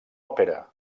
òpera